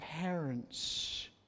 parents